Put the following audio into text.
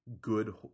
good